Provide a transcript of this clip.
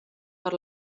per